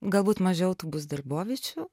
galbūt mažiau tų bus darboviečių